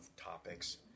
topics